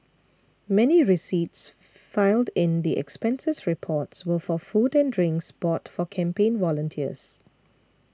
many receipts filed in the expenses reports were for food and drinks bought for campaign volunteers